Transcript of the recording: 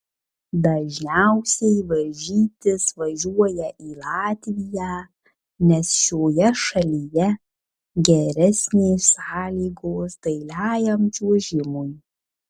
dažniausiai varžytis važiuoja į latviją nes šioje šalyje geresnės sąlygos dailiajam čiuožimui